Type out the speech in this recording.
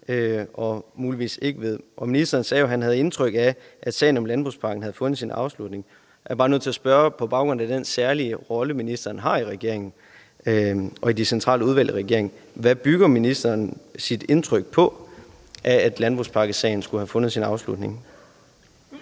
og muligvis ikke ved. Og ministeren sagde jo, at han havde indtryk af, at sagen om landbrugspakken havde fundet sin afslutning. Jeg er bare nødt til at spørge på baggrund af den særlige rolle, ministeren har i regeringen og i de centrale udvalg i regeringen: Hvad bygger ministeren sit indtryk på, altså at landbrugspakkesagen skulle have fundet sin afslutning?